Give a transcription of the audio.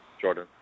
Jordan